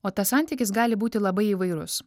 o tas santykis gali būti labai įvairus